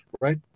right